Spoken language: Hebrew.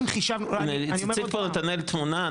הציג פה נתנאל תמונה,